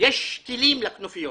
טילים לכנופיות.